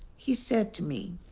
he said to me.